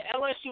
LSU